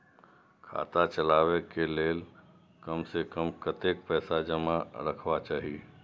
खाता चलावै कै लैल कम से कम कतेक पैसा जमा रखवा चाहि